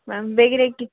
ମେମ୍ ବେଗ୍ରେ କି